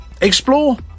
Explore